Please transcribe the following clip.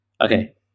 Okay